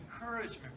encouragement